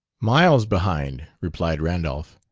miles behind, replied randolph.